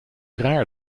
raar